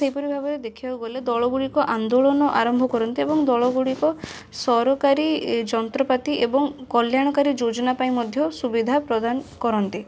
ସେହିପରି ଭାବରେ ଦେଖିବାକୁଗଲେ ଦଳଗୁଡ଼ିକ ଆନ୍ଦୋଳନ ଆରମ୍ଭ କରନ୍ତି ଏବଂ ଦଳଗୁଡ଼ିକ ସରକାରୀ ଯନ୍ତ୍ରପାତି ଏବଂ କଲ୍ୟାଣକାରୀ ଯୋଜନା ପାଇଁ ମଧ୍ୟ ସୁବିଧା ପ୍ରଦାନ କରନ୍ତି